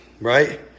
right